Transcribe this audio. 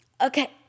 Okay